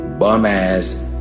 bum-ass